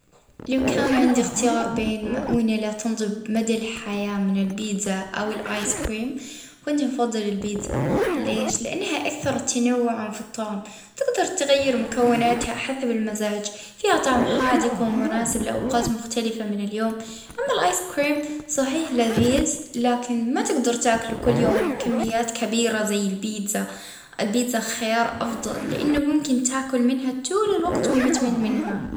اه أكيد نفضل انه تكون عندي مؤونة ما تمش مدى الحياة.